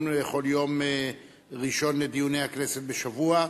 בכל יום ראשון לדיוני הכנסת בשבוע.